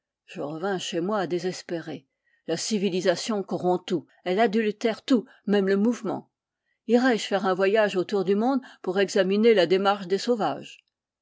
je revins chez moi désespéré la civilisation corrompt tout elle adultère tout même le mouvement irai-je faire un voyage autour du monde pour examiner la démarche des sauvages